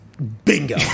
Bingo